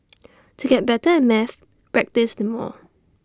to get better at maths practised more